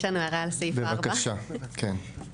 יש לנו הערה על סעיף 4. בבקשה, כן.